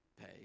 pay